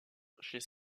chez